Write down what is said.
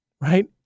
right